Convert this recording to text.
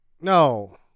No